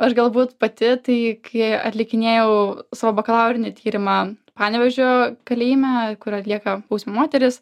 aš galbūt pati tai kai atlikinėjau savo bakalaurinį tyrimą panevėžio kalėjime kur atlieka bausmę moterys